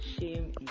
shame